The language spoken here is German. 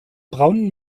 braunen